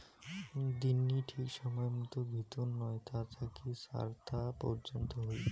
দিননি ঠিক সময়তের ভিতর নয় তা থাকি চার তা পর্যন্ত হই